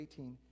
18